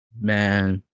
Man